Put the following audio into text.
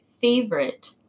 favorite